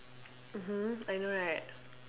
mmhmm I know right